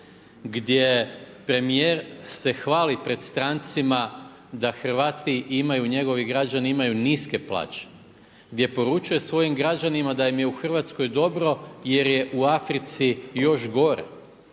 gdje premijer se hvali pred strancima da Hrvati imaju, njegovi građani imaju niske plaće, gdje poručuje svojim građanima da im je u Hrvatskoj dobro jer je u Africi još gore.